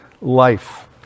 life